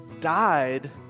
died